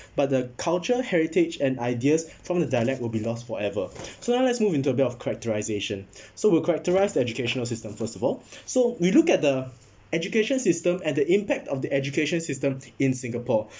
but the culture heritage and ideas from the dialect will be lost forever so now let's move into a bit of characterisation so we'll characterise educational system first of all so we looked at the education system at the impact of the education system in singapore